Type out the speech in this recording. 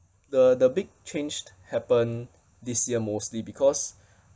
the the big changed happen this year mostly because